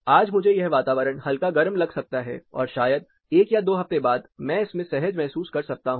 आज मुझे यह वातावरण हल्का गर्म लग सकता है और शायद एक या दो हफ्ते बाद मैं इसमें सहज महसूस कर सकता हूं